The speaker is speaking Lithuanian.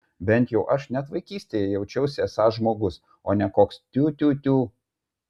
bent jau aš net vaikystėje jaučiausi esąs žmogus o ne koks tiu tiu tiu